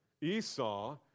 Esau